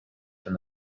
from